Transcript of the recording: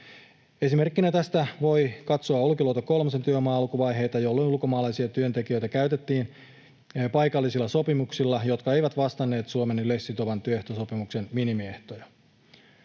Esimerkkinä tästä voi katsoa Olkiluoto kolmosen työmaan alkuvaiheita, jolloin ulkomaalaisia työntekijöitä käytettiin paikallisilla sopimuksilla, jotka eivät vastanneet Suomen yleissitovan työehtosopimuksen minimiehtoja.